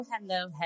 hello